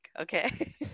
Okay